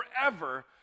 forever